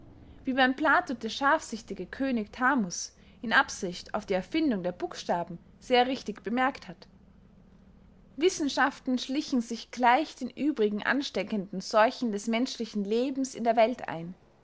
wie beym plato der scharfsichtige könig thamus in absicht auf die erfindung der buchstaben sehr richtig bemerkt hat wissenschaften schlichen sich gleich den übrigen ansteckenden seuchen des menschlichen lebens in der welt ein